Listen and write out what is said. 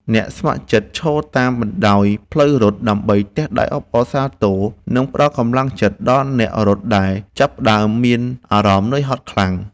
អ្នកស្ម័គ្រចិត្តឈរតាមបណ្ដោយផ្លូវរត់ ដើម្បីទះដៃអបអរសាទរ និងផ្ដល់កម្លាំងចិត្តដល់អ្នករត់ដែលចាប់ផ្ដើមមានអារម្មណ៍ហត់នឿយខ្លាំង។